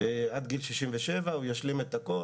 עד גיל 67 הוא ישלים את הכול.